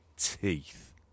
teeth